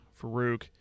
farouk